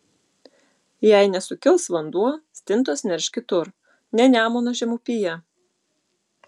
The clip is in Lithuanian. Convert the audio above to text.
jei nesukils vanduo stintos nerš kitur ne nemuno žemupyje